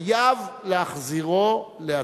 חייב להחזירו להצבעות.